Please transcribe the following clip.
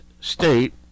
state